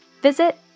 Visit